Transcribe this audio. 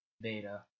beta